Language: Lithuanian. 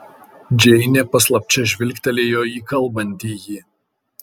džeinė paslapčia žvilgtelėjo į kalbantįjį